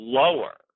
lower